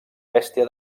bèstia